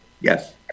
yes